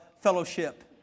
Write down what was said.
fellowship